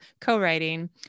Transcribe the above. co-writing